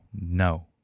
no